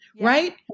right